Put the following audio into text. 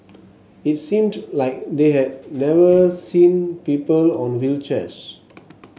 it seemed like they had never seen people on wheelchairs